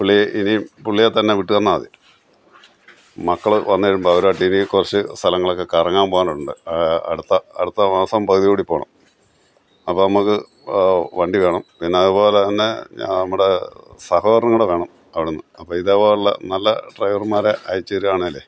പുള്ളി ഇനിയും പുള്ളിയെ തന്നെ വിട്ടുതന്നാൽ മതി മക്കൾ വന്നു കഴിയുമ്പോൾ അവരുവായിട്ടിനിയും കുറച്ച് സ്ഥലങ്ങളൊക്കെ കറങ്ങാൻ പോകാനുണ്ട് അടുത്ത അടുത്തമാസം പകുതിയോടു കൂടി പോകണം അപ്പം നമുക്ക് വണ്ടി വേണം പിന്നെ അതുപോലെ തന്നെ നമ്മുടെ സഹോദരനും കൂടെ വേണം അവിടെന്ന് അപ്പം ഇതുപോലുള്ള നല്ല ഡ്രൈവർമാരെ അയച്ചു തരുവാണേലെ